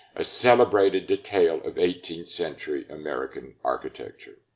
a celebrated detail of eighteenth century american architecture.